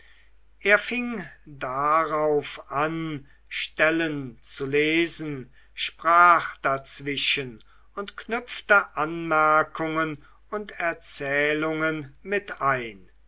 er fing darauf an stellen zu lesen sprach dazwischen und knüpfte anmerkungen und erzählungen mit ein